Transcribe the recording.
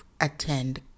attend